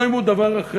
לא אם הוא דבר אחר.